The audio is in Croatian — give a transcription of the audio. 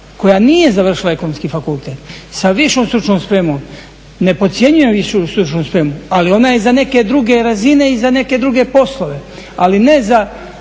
koja nije završila Ekonomski fakultet sa višom stručnom spremom ne podcjenjujem višu stručnu spremu ali ona je za neke druge razine i za neke druge poslove, ali ne za